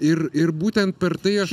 ir ir būtent per tai aš